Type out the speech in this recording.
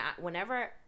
whenever